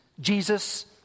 Jesus